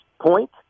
point